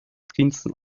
grinsen